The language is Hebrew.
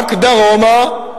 רק דרומה,